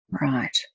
Right